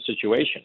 situation